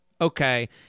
Okay